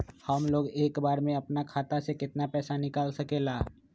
हमलोग एक बार में अपना खाता से केतना पैसा निकाल सकेला?